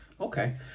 okay